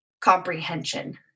comprehension